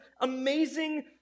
amazing